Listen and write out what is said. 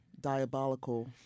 Diabolical